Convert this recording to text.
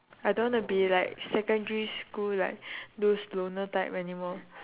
I don't want to be like secondary school like those loner type anymore